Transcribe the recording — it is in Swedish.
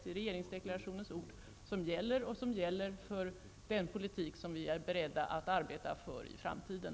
Det är regeringsdeklarationens ord som gäller och som gäller för den politik som vi är beredda att arbeta för i framtiden.